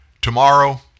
Tomorrow